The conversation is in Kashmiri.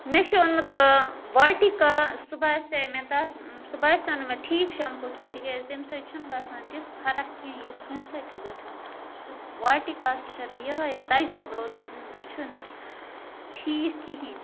مےٚ چھُ اوٚنمُت واٹِکا سُہ باسے مےٚ تَتھ سُہ باسیو نہٕ مےٚ ٹھیٖک شمپوٗ کیٚنٛہہ تِکیٛازِ تمہِ سۭتۍ چھُنہٕ گژھان تِژھ فرق کیٚنٛہہ یُس ہُمہِ سۭتۍ چھُ گژھان سُہ واٹِکاس چھےٚ مےٚ یِہے تَجرُبہٕ روٗدمُژ زِ سُہ چھُنہٕ ٹھیٖک کِہیٖنۍ